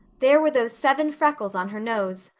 there were those seven freckles on her nose,